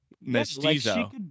mestizo